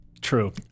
True